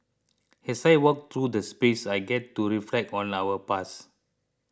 as I walk through the space I get to reflect on our past